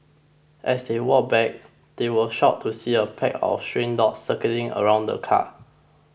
as they walked back they were shocked to see a pack of stray dogs circling around the car